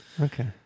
Okay